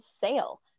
sale